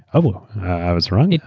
oh, i was wrong?